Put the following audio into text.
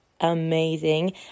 amazing